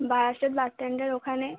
বারসাত বাসস্ট্যান্ডের ওখানে